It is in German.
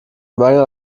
mangel